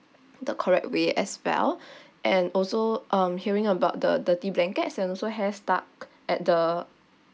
the correct way as well and also um hearing about the dirty blankets and also hair stuck at the